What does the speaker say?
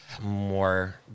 more